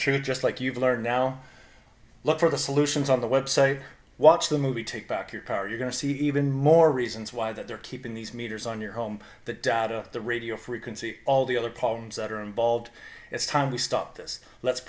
truth just like you've learned now look for the solutions on the website watch the movie take back your car you're going to see even more reasons why that they're keeping these meters on your home that the radio frequency all the other problems that are involved it's time we stop this let's